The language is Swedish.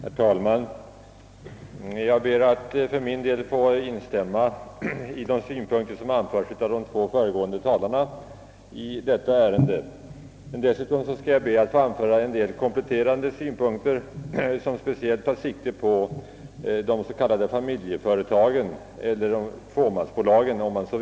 Herr talman! Jag ber för min del att få instämma i de synpunkter som anförts av de två föregående talarna i detta ärende, Dessutom vill jag anföra en del kompletterande synpunkter som speciellt tar sikte på de s.k. familjeföretagen eller fåmansbolagen.